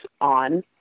on